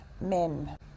men